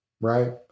right